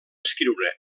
escriure